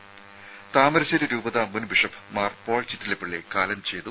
ത താമരശ്ശേരി രൂപതാ മുൻ ബിഷപ്പ് മാർ പോൾ ചിറ്റിലപ്പള്ളി കാലം ചെയ്തു